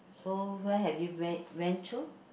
so where have you went went to